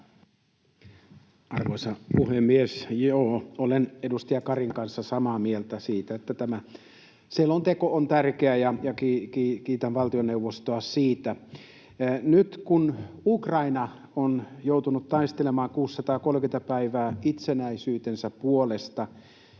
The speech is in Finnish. Arvoisa puhemies! Joo, olen edustaja Karin kanssa samaa mieltä siitä, että tämä selonteko on tärkeä, ja kiitän valtioneuvostoa siitä. Nyt, kun Ukraina on joutunut taistelemaan 630 päivää itsenäisyytensä puolesta,